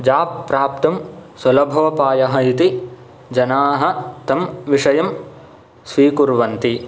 job प्राप्तुं सुलभोपायः इति जनाः तं विषयं स्वीकुर्वन्ति